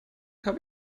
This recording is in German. habe